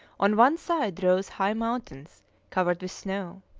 on one side rose high mountains covered with snow.